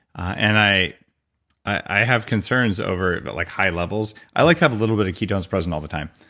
and i i have concerns over like high levels. i like to have a little bit of ketones present all the time,